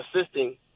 assisting